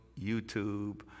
YouTube